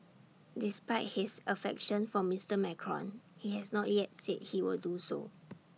despite his affection for Mister Macron he has not yet said he will do so